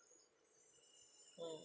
mm